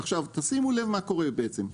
שימו לב מה קורה בעצם,